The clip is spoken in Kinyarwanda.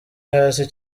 hasi